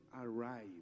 arrive